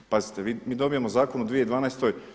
Pazite mi dobijemo zakon u 2012.